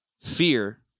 fear